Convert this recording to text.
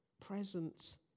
Presence